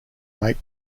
make